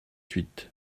huit